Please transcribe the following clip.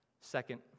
Second